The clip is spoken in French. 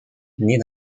nées